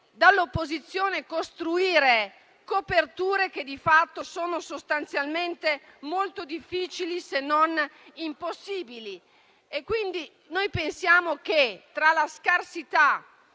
dell'opposizione coperture che di fatto sono sostanzialmente molto difficili, se non impossibili. Noi pensiamo che, tra la scarsità